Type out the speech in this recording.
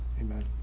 Amen